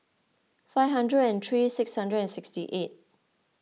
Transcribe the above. five hundred and three six hundred and sixty eight